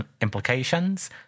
implications